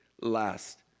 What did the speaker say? last